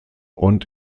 und